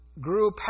grew